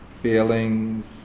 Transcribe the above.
feelings